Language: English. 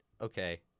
okay